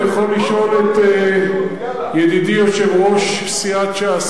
אני יכול לשאול את ידידי יושב-ראש סיעת ש"ס,